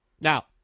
Now